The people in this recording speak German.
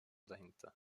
dahinter